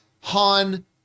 Han